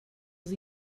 els